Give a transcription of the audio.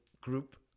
group